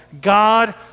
God